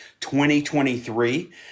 2023